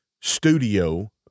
studio